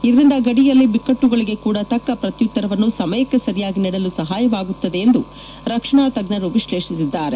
ಇದರಿಂದ ಗಡಿಯಲ್ಲಿ ಬಿಕ್ಕಟ್ಟುಗಳಿಗೆ ಕೂಡ ತಕ್ಕ ಪ್ರತ್ಯುತ್ತರವನ್ನು ಸಮಯಕ್ಕೆ ಸರಿಯಾಗಿ ನೀಡಲು ಸಹಾಯಕವಾಗುತ್ತದೆ ಎಂದು ರಕ್ಷಣಾ ತಜ್ಜರು ವಿಶ್ಲೇಷಿಸಿದ್ದಾರೆ